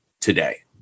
today